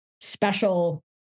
special